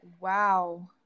Wow